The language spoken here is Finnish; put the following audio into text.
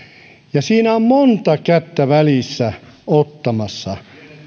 ja siinä on monta kättä välissä ottamassa